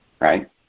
right